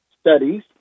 Studies